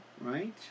right